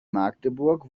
magdeburg